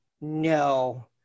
no